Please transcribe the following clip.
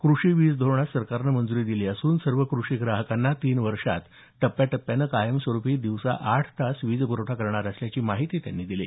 कृषी वीज धोरणास सरकारनं मंजुरी दिली असून सर्व कृषी ग्राहकांना तीन वर्षात टप्प्याटप्याने कायमस्वरूपी दिवसा आठ तास वीज प्रवठा करणार असल्याचं त्यांनी सांगितलं